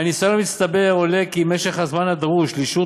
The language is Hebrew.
מהניסיון המצטבר עולה כי משך הזמן הדרוש לאישור